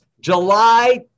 July